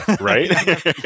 Right